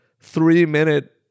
three-minute